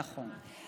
נכון.